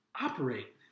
operate